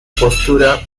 postura